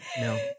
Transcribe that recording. no